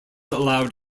allowed